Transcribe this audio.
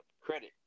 Credit